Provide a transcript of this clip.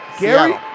Gary